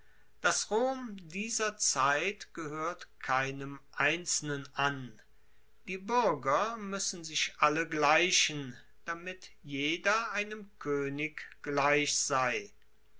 das rom dieser zeit gehoert keinem einzelnen an die buerger muessen sich alle gleichen damit jeder einem koenig gleich sei